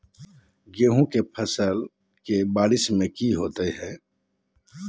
गेंहू के फ़सल के बारिस में की निवेस होता है?